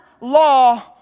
law